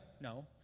No